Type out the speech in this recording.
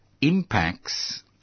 impacts